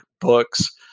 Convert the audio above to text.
books